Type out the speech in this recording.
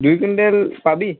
দুই কুইণ্টেল পাবি